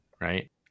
right